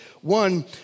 One